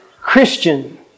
Christian